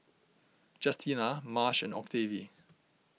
Justina Marsh and Octavie